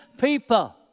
people